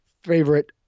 favorite